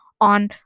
on